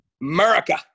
America